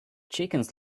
chickens